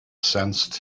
sensed